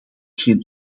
geen